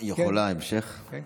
יכולה המשך?